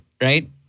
right